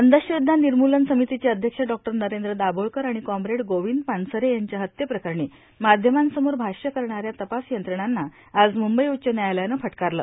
अंधश्रद्धा निर्मूलन समितीचे अध्यक्ष डॉ नरेंद्र दाभोळकर आणि कॉमरेड गोविंद पानसरे यांच्या हत्येप्रकरणी माध्यमांसमोर भाष्य करणाऱ्या तपास यंत्रणांना आज मुंबई उच्च न्यायालयानं फटकारलं